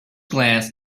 glance